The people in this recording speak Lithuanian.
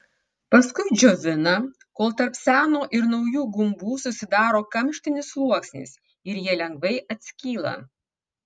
paskui džiovina kol tarp seno ir naujų gumbų susidaro kamštinis sluoksnis ir jie lengvai atskyla